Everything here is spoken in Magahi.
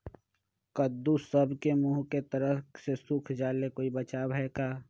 कददु सब के मुँह के तरह से सुख जाले कोई बचाव है का?